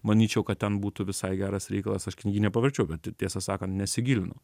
manyčiau kad ten būtų visai geras reikalas aš knygyne pavarčiau bet tiesą sakant nesigilinau